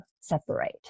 separate